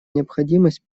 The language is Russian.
необходимость